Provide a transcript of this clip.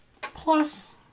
plus